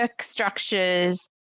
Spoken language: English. structures